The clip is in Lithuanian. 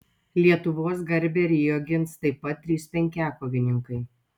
lietuvos garbę rio gins taip pat trys penkiakovininkai